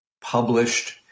published